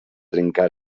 trencar